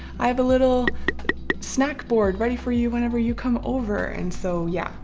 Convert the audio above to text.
i have a little snack board ready for you whenever you come over. and so yeah,